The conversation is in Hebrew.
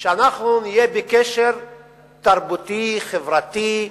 שאנחנו נהיה בקשר תרבותי, חברתי,